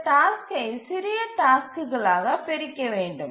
இந்த டாஸ்க்கை சிறிய டாஸ்க்குகளாக பிரிக்க வேண்டும்